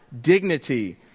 dignity